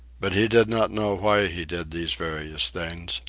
but he did not know why he did these various things.